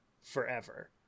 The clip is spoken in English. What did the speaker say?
forever